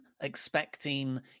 expecting